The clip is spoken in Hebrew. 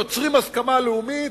יוצרים הסכמה לאומית: